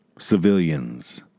civilians